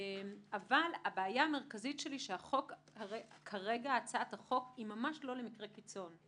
אבל הבעיה המרכזית שלי שכרגע הצעת החוק היא ממש לא למקרי קיצון.